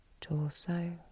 torso